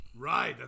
right